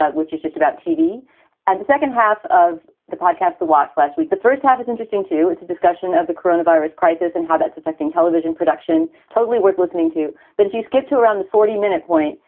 ah which is just about tv and the second half of the podcast, the watch. last week, the first half is interesting, too. it's a discussion of the corona virus crisis and how that's affecting television production. totally worth listening to. but if you skip to around the forty minute wait,